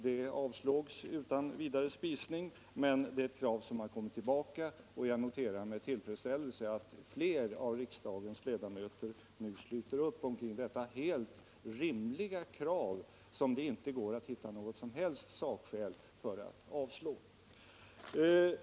Den motionen avslogs utan vidare spisning. Men det är ett krav som har kommit tillbaka, och jag noterar med tillfredställelse att fler av riksdagens ledamöter nu sluter upp omkring detta helt rimliga krav, som det inte går att hitta något som helst sakskäl för att avslå.